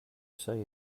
say